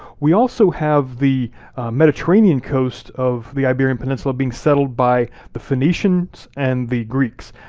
we also have the mediterranean coast of the iberian peninsula being settled by the phoenicians and the greeks.